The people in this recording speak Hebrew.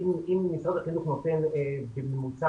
אם משרד החינוך נותן בממוצע